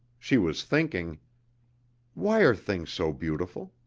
she was thinking why are things so beautiful?